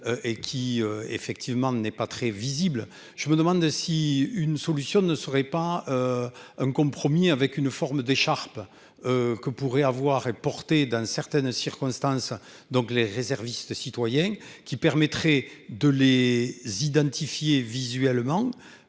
et qui effectivement ne n'est pas très visible. Je me demande si une solution ne serait pas. Un compromis avec une forme d'écharpe. Que pourrait avoir et porté dans certaines circonstances, donc les réservistes citoyens qui permettrait de les Z'identifier visuellement,